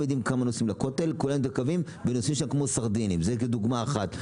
שאנשים נוסעים שם כמו סרדינים, וזאת רק דוגמה אחת.